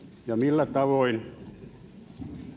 ja millä tavoin